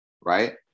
right